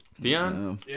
Theon